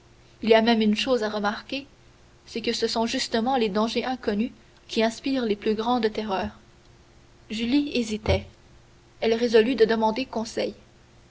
il y a même une chose à remarquer c'est que ce sont justement les dangers inconnus qui inspirent les plus grandes terreurs julie hésitait elle résolut de demander conseil